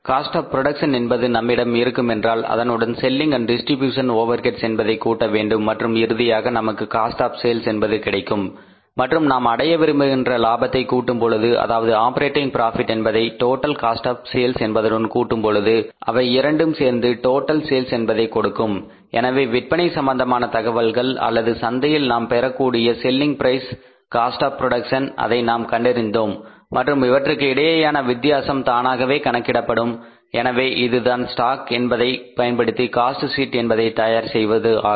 cost of production என்பது நம்மிடம் இருக்குமென்றால் அதனுடன் selling and distribution overheads Selling Distribution overhead என்பதை கூட்ட வேண்டும் மற்றும் இறுதியாக நமக்கு காஸ்ட் ஆப் செல்ஸ் என்பது கிடைக்கும் மற்றும் நாம் அடைய விரும்புகின்ற லாபத்தை கூட்டும் பொழுது அதாவது ஆப்பரேட்டிங் பிராபிட் என்பதை டோடல் காஸ்ட் ஆப் சேல்ஸ் என்பதுடன் கூட்டும் பொழுது அவை இரண்டும் சேர்ந்து டோட்டல் சேல்ஸ் என்பதை கொடுக்கும் எனவே விற்பனை சம்பந்தமான தகவல்கள் அல்லது சந்தையில் நாம் பெறக்கூடிய selling price cost of production அதை நாம் கண்டறிந்தோம் மற்றும் இவற்றுக்கு இடையேயான வித்தியாசம் தானாகவே கணக்கிடப்படும் எனவே இதுதான் ஸ்டாக் என்பதை பயன்படுத்தி காஸ்ட் சீட் என்பதை தயார் செய்வது ஆகும்